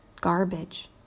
garbage